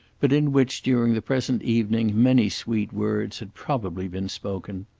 but in which during the present evening many sweet words had probably been spoken.